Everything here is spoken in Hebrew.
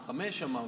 17:00, אמרנו.